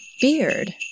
beard